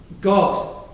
God